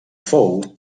fou